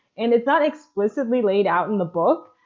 and it's not explicitly laid out in the book,